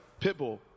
Pitbull